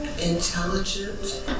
intelligent